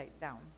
down